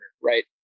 right